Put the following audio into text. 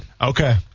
Okay